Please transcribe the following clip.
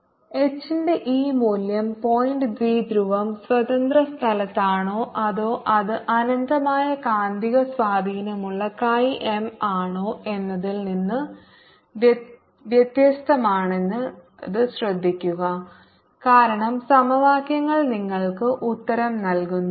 rr mr3 H ന്റെ ഈ മൂല്യം പോയിന്റ് ദ്വിധ്രുവം സ്വതന്ത്ര സ്ഥലത്താണോ അതോ അത് അനന്തമായ കാന്തിക സ്വാധീനമുള്ള Chi M ആണോ എന്നതിൽ നിന്ന് വ്യത്യസ്തമാണെന്നത് ശ്രദ്ധിക്കുക കാരണം സമവാക്യങ്ങൾ നിങ്ങൾക്ക് ഉത്തരം നൽകുന്നു